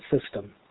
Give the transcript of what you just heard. system